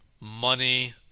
money